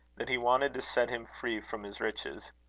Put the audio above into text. that he wanted to set him free from his riches.